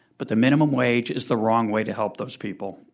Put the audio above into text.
but the minimum wage is the wrong way to help those people.